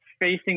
facing